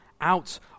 out